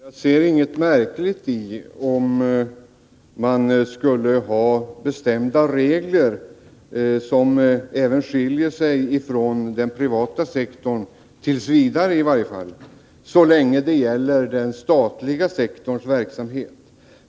Herr talman! Jag ser inget märkligt i att man skulle ha bestämda regler som även skiljer sig från den privata sektorns —t. v. i varje fall — så länge det gäller den statliga sektorns verksamhet.